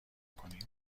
کنیم